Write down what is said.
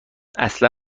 اصلا